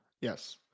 Yes